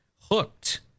Hooked